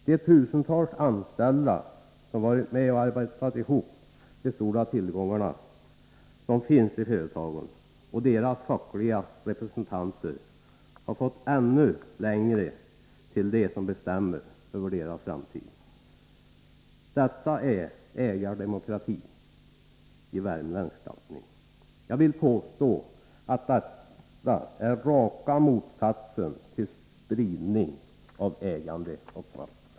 De tusentals anställda som varit med och arbetat ihop de stora tillgångarna som finns i företagen och deras fackliga representanter har fått ännu längre till dem som bestämmer över deras framtid. Detta är ägardemokrati i värmländsk tappning. Jag vill påstå att detta är raka motsatsen till spridning av ägande och makt.